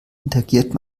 interagiert